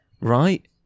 right